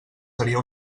seria